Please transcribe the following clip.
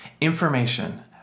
Information